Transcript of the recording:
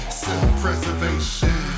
self-preservation